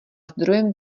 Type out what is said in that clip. zdrojem